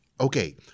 Okay